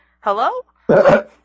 Hello